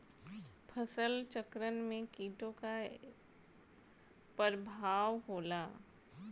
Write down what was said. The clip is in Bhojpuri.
फसल चक्रण में कीटो का का परभाव होला?